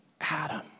Adam